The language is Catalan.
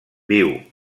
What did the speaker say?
viu